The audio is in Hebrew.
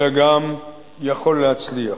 אלא גם יכול להצליח.